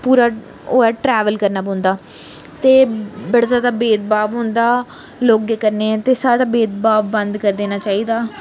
पूरा होऐ ट्रैवल करना पौंंदा ते बड़ा ज्यादा भेदभाव होंदा लोगें कन्नै ते साढ़े भेदभाव बन्द कर देना चाहिदा